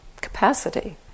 capacity